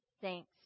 thanks